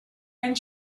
and